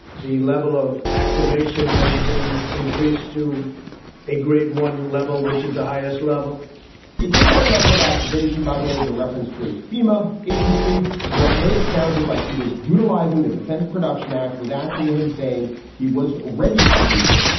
the level of activation has been increased to a grade one level, which is the highest level a grade one level of activation, by the way, is a reference to a fema agency. so what may have sounded like he was utilizing the defense production act was actually him saying he was ready to use it.